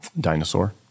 dinosaur